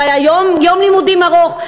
והיה יום לימודים ארוך.